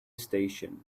station